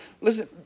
Listen